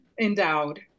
endowed